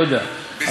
לא יודע,